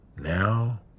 Now